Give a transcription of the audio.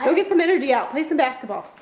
so get some energy out, play some basketball.